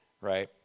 right